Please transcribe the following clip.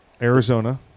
Arizona